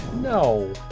No